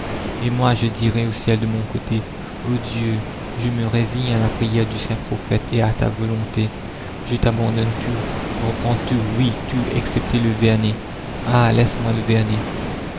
et moi je dirai au ciel de mon côté o dieu je me résigne à la prière du saint prophète et à ta volonté je t'abandonne tout reprends tout oui tout excepté le vernet ah laisse-moi le